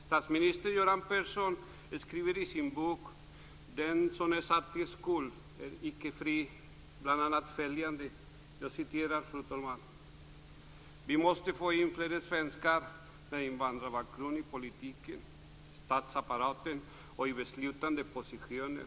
Statsminister Göran Persson skriver i sin bok Den som är satt i skuld är icke fri bl.a. följande: "Vi måste få in fler svenskar med invandrarbakgrund i politiken, i statsapparaten och i beslutande positioner.